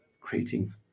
creating